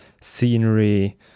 scenery